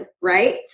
right